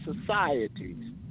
societies